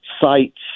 sites